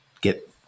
get